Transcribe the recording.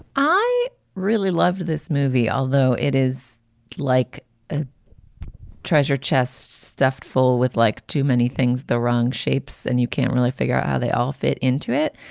i really loved this movie, although it is like a treasure chest stuffed full with, like, too many things, the wrong shapes, and you can't really figure out how they all fit into it.